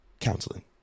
counseling